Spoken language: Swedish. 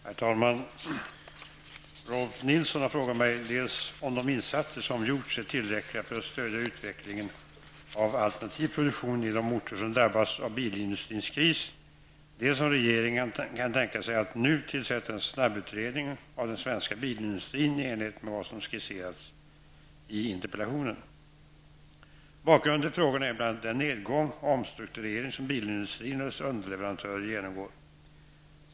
Herr talman! Rolf Nilson har frågat mig dels om de insatser som gjorts är tillräckliga för att stödja utvecklingen av alternativ produktion i de orter som drabbas av bilindustrins kris, dels om regeringen kan tänka sig att nu tillsätta en snabbutredning av den svenska bilindustrin i enlighet med vad som skisseras i interpellationen. Bakgrunden till frågorna är bl.a. den nedgång och omstrukturering som bilindustrin och dess underleverantörer genomgår.